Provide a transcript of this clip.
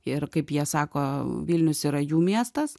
ir kaip jie sako vilnius yra jų miestas